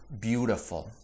beautiful